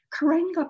Karenga